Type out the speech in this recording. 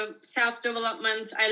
self-development